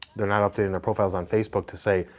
they're not updating their profiles on facebook to say,